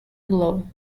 below